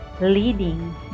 leading